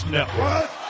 Network